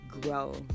grow